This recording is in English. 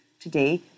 Today